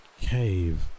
cave